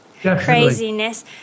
craziness